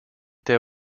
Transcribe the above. der